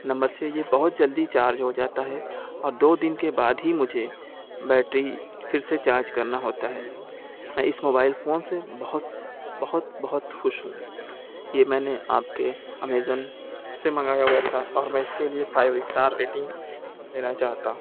number چھ یہ بہت جلدی چارج ہو جاتا ہے اور دو دن کے بعد ہی مجھے بیٹری پھر سے چارج کرنا ہوتا ہے میں اس موبائل فون سے بہت بہت بہت خوش ہوں یہ میں نے آپ کے امیزون سے منگایا ہوا تھا اور میں اس کے لیے فائف اسٹار ریٹنگ دینا چاہتا ہوں